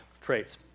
traits